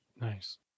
nice